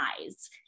eyes